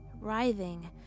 writhing